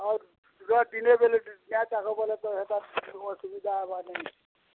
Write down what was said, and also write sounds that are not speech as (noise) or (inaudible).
ଅର୍ ପୁରା ଦିନେ ବେଲେ ତ (unintelligible) ହବା ଅସୁବିଧା ହବାର୍ ନାଇଁ